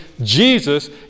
Jesus